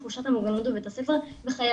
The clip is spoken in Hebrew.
חייבים להגביר את תחושת המוגנות בבית הספר וחייבים